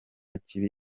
kibi